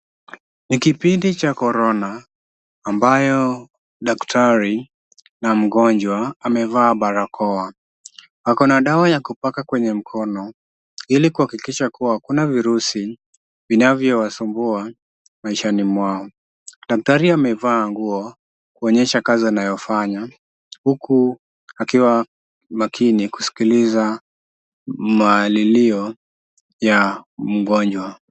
Ni kipindi cha korona, ambayo daktari na mgonjwa amevaa barakoa. Ako na dawa ya kupaka kwenye mkono ili kuhakikisha kuwa hakuna virusi vinavyowasumbua maishani mwao. Daktari amevaa nguo kuonyesha kazi anayofanya huku akiwa makini kusikiiza malilio ya mgonjwa.